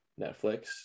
Netflix